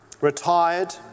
retired